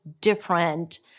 different